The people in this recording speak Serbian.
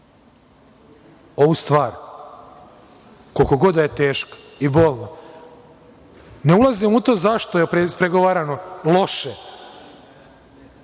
ovu stvar koliko god da je teška i bolna, ne ulazim u to zašto je ispregovarano loše,